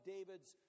David's